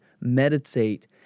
meditate